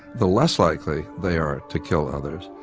the less likely they are to kill others.